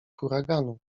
huraganu